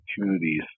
opportunities